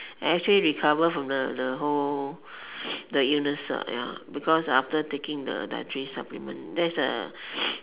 and actually recover from the the whole the illness ah ya because after taking the dietary supplement that's the